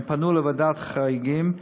הם פנו לוועדת חריגים,